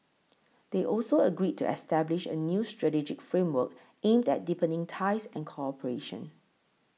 they also agreed to establish a new strategic framework aimed at deepening ties and cooperation